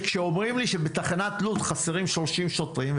כשאומרים לי שבתחנת לוד חסרים 30 שוטרים,